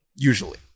Usually